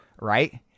Right